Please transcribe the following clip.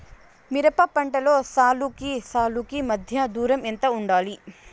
మిరప పంటలో సాలుకి సాలుకీ మధ్య దూరం ఎంత వుండాలి?